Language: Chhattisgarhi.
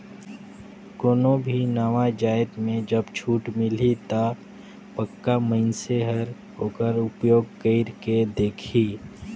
कोनो भी नावा जाएत में जब छूट मिलही ता पक्का मइनसे हर ओकर उपयोग कइर के देखही